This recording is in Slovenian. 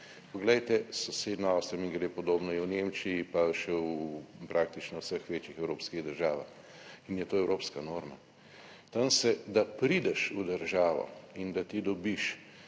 Poglejte, sosednjo Avstrijo in gre, podobno je v Nemčiji, pa še v praktično vseh večjih evropskih državah in je to evropska norma. Tam, da prideš v državo in da ti dobiš